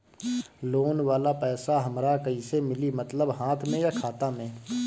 Loan वाला पैसा हमरा कइसे मिली मतलब हाथ में या खाता में?